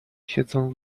siedzą